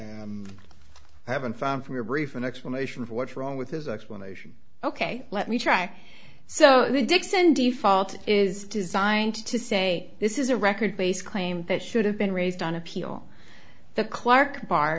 haven't found for brief an explanation of what's wrong with his explanation ok let me try so dixon default is designed to say this is a record based claim that should have been raised on appeal the clark bar